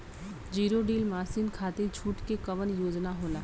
Zero till machine खाती छूट के कवन योजना होला?